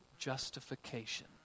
justification